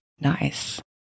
Nice